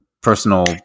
personal